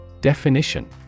Definition